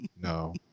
no